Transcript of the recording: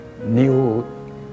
new